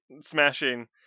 Smashing